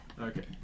Okay